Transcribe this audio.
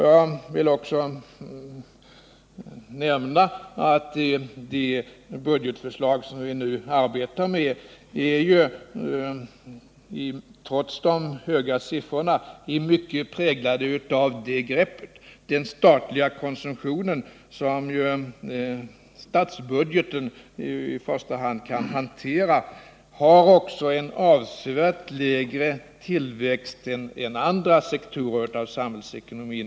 Jag vill också nämna att det budgetförslag som vi nu arbetar med i mycket — trots de höga siffrorna — är präglat av det greppet. Den statliga konsumtionen, som ju är det område som statsbudgeten i första hand avser, har också en avsevärt lägre tillväxt än andra sektorer av samhällsekonomin.